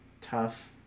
tough